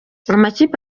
amakipe